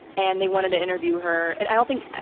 and they wanted to interview her, and i don't think,